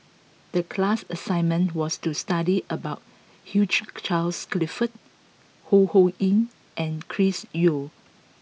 the class assignment was to study about Hugh Charles Clifford Ho Ho Ying and Chris Yeo